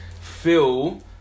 feel